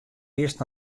earst